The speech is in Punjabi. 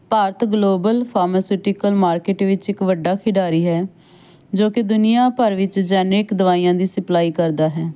ਭਾਰਤ ਗਲੋਬਲ ਫਾਰਮਾਸਿਟੀਕਲ ਮਾਰਕੀਟ ਵਿੱਚ ਇੱਕ ਵੱਡਾ ਖਿਡਾਰੀ ਹੈ ਜੋ ਕਿ ਦੁਨੀਆਂ ਭਰ ਵਿੱਚ ਜੈਨਿਕ ਦਵਾਈਆਂ ਦੀ ਸਪਲਾਈ ਕਰਦਾ ਹੈ